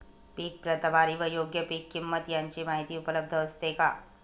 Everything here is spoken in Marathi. पीक प्रतवारी व योग्य पीक किंमत यांची माहिती उपलब्ध असते का?